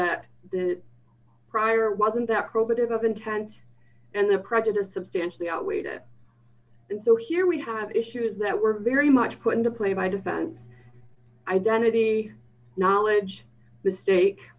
that prior wasn't that probative of intent and the prejudiced substantially outweighed it and so here we have issues that were very much put into play by defense identity knowledge the state